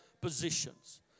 positions